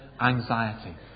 anxiety